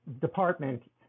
department